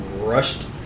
rushed